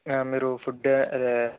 ఆ మీరు ఫుడ్ అదే